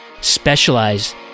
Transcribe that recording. specialized